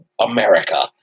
America